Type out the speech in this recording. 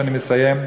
אני מסיים,